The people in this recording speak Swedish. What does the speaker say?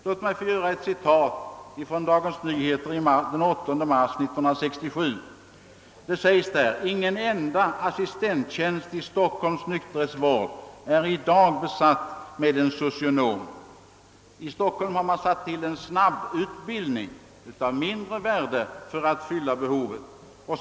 Låt mig få göra ett citat ur Dagens Nyheter den 8 mars 1967: »Ingen enda assistenttjänst i Stockholms nykterhetsvård är i dag besatt med en socionom.» I Stockholm har man tillgripit en snabbutbildning av mindre värde för att tillgodose behovet av arbetskraft.